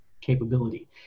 capability